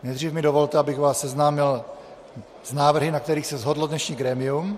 Nejdřív mi dovolte, abych vás seznámil s návrhy, na kterých se shodlo dnešní grémium: